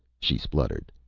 she spluttered,